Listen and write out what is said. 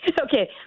Okay